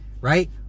right